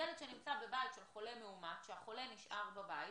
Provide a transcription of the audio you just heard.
ילד שנמצא בבית של חולה מאומת, שהחולה נשאר בבית,